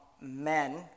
men